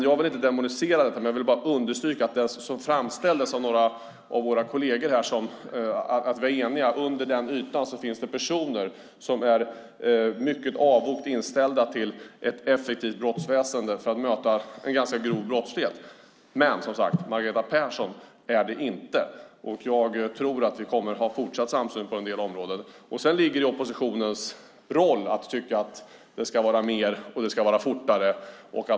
Jag vill inte demonisera detta utan bara understryka att några av våra kolleger framställde det som att vi var eniga men under ytan finns det personer som är mycket avogt inställda till en effektiv brottsbekämpning, alltså för att möta en ganska grov brottslighet. Margareta Persson är det dock inte, och jag tror att vi även fortsatt kommer att ha en samsyn på en del områden. Sedan ligger det i oppositionens roll att tycka att det ska vara mer och att det ska gå fortare.